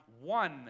one